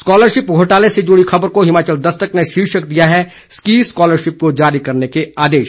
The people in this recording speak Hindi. स्कॉलरशिप घोटाले से जुड़ी खबर को हिमाचल दस्तक ने शीर्षक दिया है स्की स्कॉलरशिप को जारी करने के आदेश